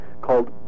called